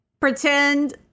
pretend